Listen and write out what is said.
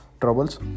troubles